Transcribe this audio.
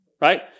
Right